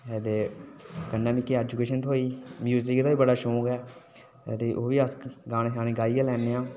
ते कन्नै मिगी एजूकेशन थ्होई म्यूज़िक दा बी शौक ऐ ते ओह् बी अस गाने गूने गाई गै लैन्ने आं